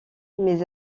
mes